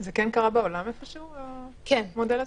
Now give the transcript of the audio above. זה כן קרה בעולם המודל הזה?